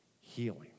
healing